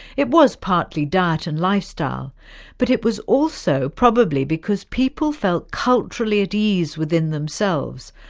it was partly diet and lifestyle but it was also probably because people felt culturally at ease within themselves,